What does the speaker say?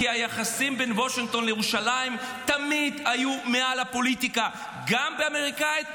כי היחסים בין וושינגטון לירושלים תמיד היו מעל הפוליטיקה האמריקאית,